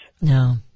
No